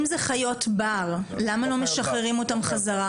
אם זה חיות בר, למה לא משחררים אותם חזרה?